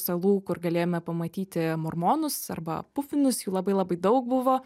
salų kur galėjome pamatyti mormonus arba pufinus jų labai labai daug buvo